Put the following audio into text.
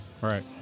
Right